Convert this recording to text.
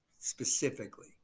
specifically